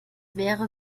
wäre